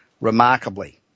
remarkably